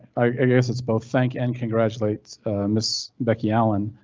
i guess it's both thank and congratulate ms becky allan.